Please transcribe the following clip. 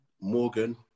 Morgan